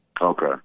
Okay